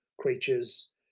creatures